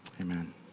amen